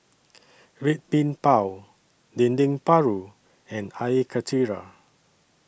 Red Bean Bao Dendeng Paru and Air Karthira